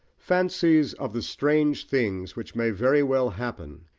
fancies of the strange things which may very well happen,